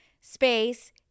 space